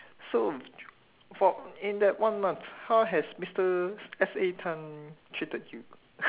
so for in that one month how has mister S A tan treated you